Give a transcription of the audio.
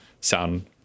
sound